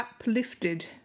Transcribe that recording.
uplifted